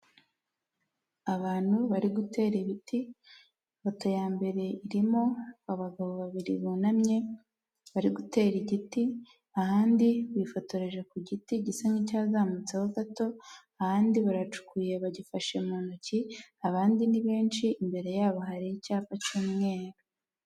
Abantu bari gutera ibiti, ifoto ya mbere irimo abagabo babiri bunamye bari gutera igiti, ahandi bifotoreje ku giti gisa nk'icyazamutseho gato, ahandi baracukuye bagifashe mu ntoki, abandi ni benshi imbere yabo hari icyapa cy'umweru.